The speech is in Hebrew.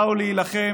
באו להילחם.